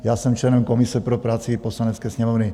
Já jsem členem komise pro práci Poslanecké sněmovny.